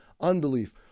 unbelief